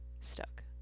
Stuck